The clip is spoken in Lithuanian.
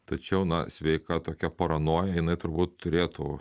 tačiau na sveika tokia paranoja jinai turbūt turėtų